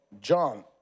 John